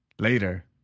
Later